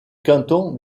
canton